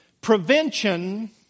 prevention